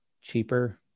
cheaper